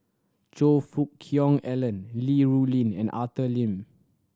Choe Fook Cheong Alan Li Rulin and Arthur Lim